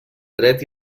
dret